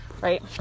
right